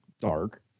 dark